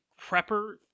prepper